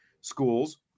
schools